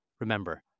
Remember